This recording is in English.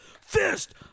Fist